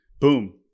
Boom